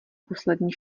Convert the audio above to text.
poslední